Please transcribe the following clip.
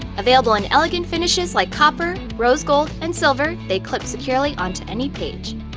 available in elegant finishes like copper, rose gold, and silver, they clip securely onto any page.